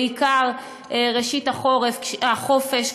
בעיקר ראשית החופש,